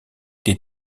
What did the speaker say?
des